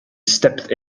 stepped